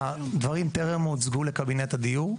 הדברים טרם הוצגו לקבינט הדיור.